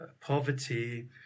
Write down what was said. poverty